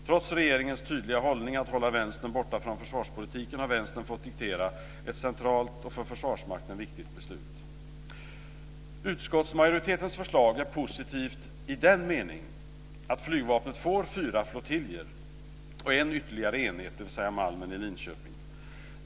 Trots regeringens tydliga inställning att hålla Vänstern borta från försvarspolitiken har Vänstern fått diktera ett centralt och för Utskottsmajoritetens förslag är positivt i den meningen att flygvapnet får fyra flygflottiljer och en ytterligare enhet, dvs. Malmen i Linköping.